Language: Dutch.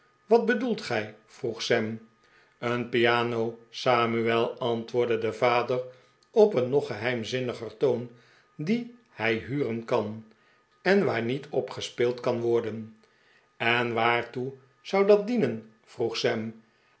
wat bedoelt gij vroeg sam een piano samuel antwoordde de vader op een nog geheimzinniger toon die hij huren kan en waar niet op gespeeld kan worden en waartoe zou dat dienen vroeg